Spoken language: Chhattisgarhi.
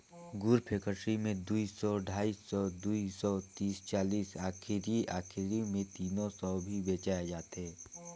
गुर फेकटरी मे दुई सौ, ढाई सौ, दुई सौ तीस चालीस आखिरी आखिरी मे तीनो सौ भी बेचाय जाथे